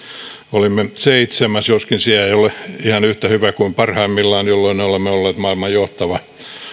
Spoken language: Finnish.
olimme seitsemäs joskin se ei ole ihan yhtä hyvä kuin parhaimmillaan jolloin olemme olleet maailman johtava